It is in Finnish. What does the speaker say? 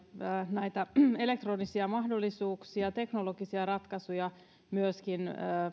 näitä elektronisia mahdollisuuksia teknologisia ratkaisuja myöskin